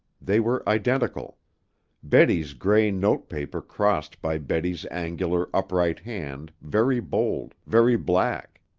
they were identical betty's gray note-paper crossed by betty's angular, upright hand, very bold, very black.